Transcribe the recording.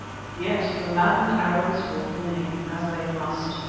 yet the maddened arabs were winning, as they must,